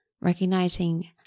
Recognizing